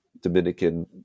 Dominican